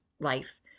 life